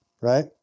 right